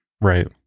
Right